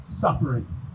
suffering